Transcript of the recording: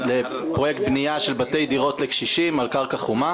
לפרויקט בנייה של בתי דירות לקשישים על קרקע חומה.